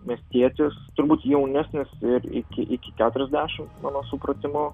miestietis turbūt jaunesnis ir iki iki keturiasdešim mano supratimu